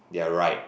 yeah right